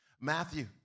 Matthew